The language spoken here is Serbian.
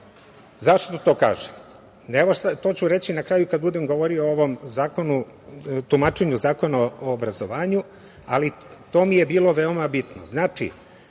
Zašto to kažem. To ću reći na kraju kada budem govorio o tumačenju Zakona o obrazovanju. To mi je bilo veoma bitno. Znači,